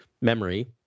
memory